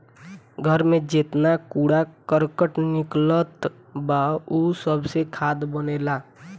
घर में जेतना कूड़ा करकट निकलत बा उ सबसे खाद बनेला